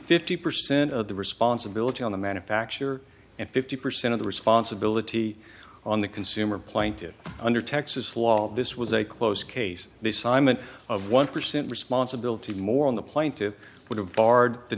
fifty percent of the responsibility on the manufacturer and fifty percent of the responsibility on the consumer planted under texas law this was a close case the simon of one percent responsibility more on the plaintive would have